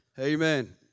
Amen